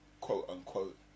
quote-unquote